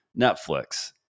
Netflix